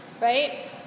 Right